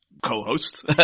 co-host